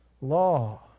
law